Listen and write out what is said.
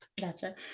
Gotcha